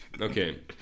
okay